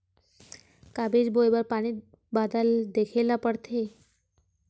का बीज बोय बर पानी बादल देखेला पड़थे?